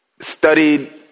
studied